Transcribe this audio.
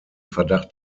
verdacht